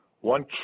one